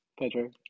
Pedro